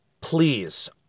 please